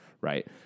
right